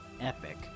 epic